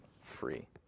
free